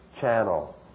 channel